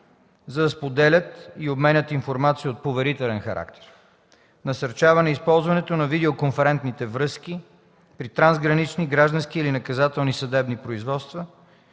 за да споделят и обменят информация от поверителен характер; насърчаване използването на видеоконферентните връзки при трансгранични, граждански или наказателни съдебни производства